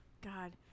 God